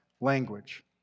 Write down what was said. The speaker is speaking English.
language